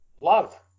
love